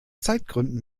zeitgründen